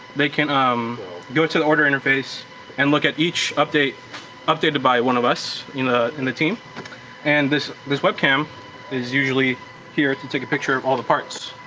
they can um go to the order interface and look at each update updated by one of us in ah in the team and this this webcam is usually here to take a picture of all the parts.